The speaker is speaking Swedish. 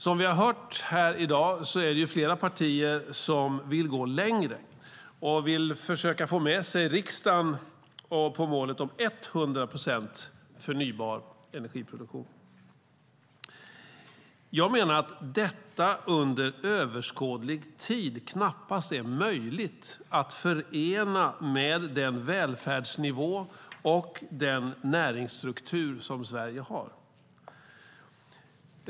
Som vi har hört här i dag vill flera partier gå längre och försöka få med sig riksdagen på målet 100 procent förnybar energiproduktion. Jag menar att detta under överskådlig tid knappast är möjligt att förena med den välfärdsnivå och den näringsstruktur som Sverige har.